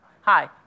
Hi